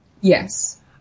Yes